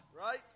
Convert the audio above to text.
Right